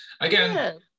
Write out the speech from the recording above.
again